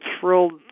thrilled